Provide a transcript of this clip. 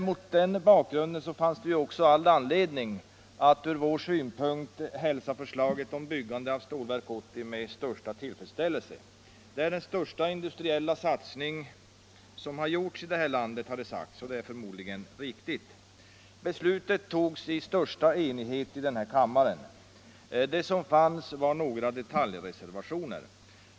Mot den bakgrunden fanns det all anledning att hälsa förslaget om byggande av Stålverk 80 med största tillfredsställelse. Det är den största industriella satsningen i detta land, har det sagts, och det är förmodligen riktigt. Beslutet togs i största enighet av denna kammare. Det som fanns var några detaljreservationer.